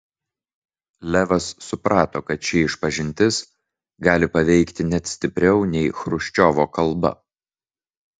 levas suprato kad ši išpažintis gali paveikti net stipriau nei chruščiovo kalba